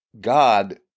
God